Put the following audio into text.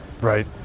Right